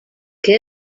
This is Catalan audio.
que